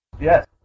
Yes